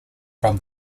from